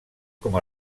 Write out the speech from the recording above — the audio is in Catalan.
com